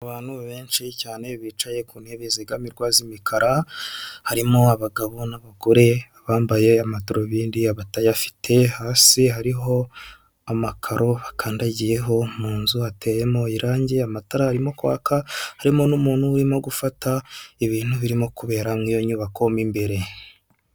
Abantu benshi cyane bicaye ku ntebe zegamirwa z'imikara harimo abagabo n'abagore, bambaye amadarubindi abatayafite, hasi hariho amakaro akandagiyeho, mu nzu hateyemo irange, amatara arimo kwaka harimo n'umuntu urimo gufata ibintu birimo kubera mu iyo nyubako mo imbere.